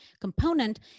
component